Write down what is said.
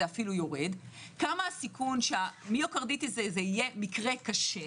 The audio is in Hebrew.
כמה סיכון שהמיוקרדיטיס יהיה מקרה קשה